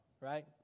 right